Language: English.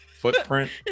footprint